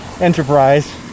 enterprise